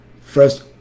First